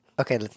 Okay